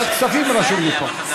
ועדת הכספים, רשום לי פה.